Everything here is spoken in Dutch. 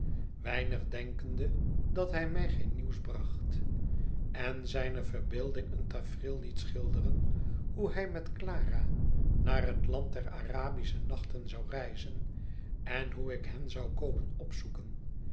dat hij mij geen nieuws bracbt en zijne verbeelding een tafereel liet schilderen hoe hij met clara naar bet land der arabische nachten zou reizen en hoe ik hen zou komen opzoeken